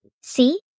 See